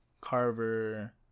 Carver